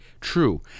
true